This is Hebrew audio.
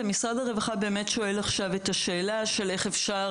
ומשרד הרווחה באמת שואל עכשיו את השאלה איך אפשר